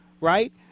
right